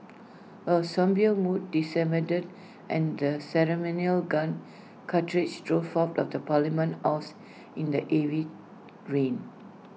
A sombre mood descended and the ceremonial gun carriage drove out of parliament house in the heavy rain